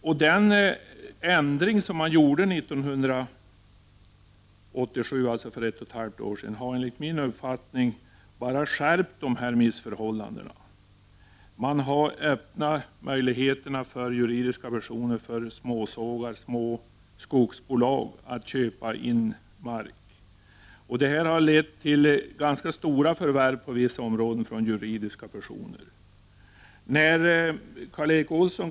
Den ändring i jordförvärvslagen som gjordes 1987, alltså för ett och ett halvt år sedan, har enligt min uppfattning bara skärpt dessa missförhållanden. Man har öppnat möjligheterna för juridiska personer, för små sågar, små skogsbolag, att köpa in mark. Det har lett till ganska stora förvärv från juridiska personer på vissa områden.